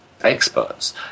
experts